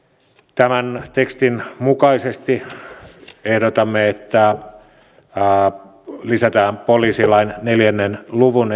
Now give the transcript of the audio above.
tämän tekstin mukaisesti ehdotamme että lisätään poliisilain neljän luvun